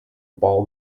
ball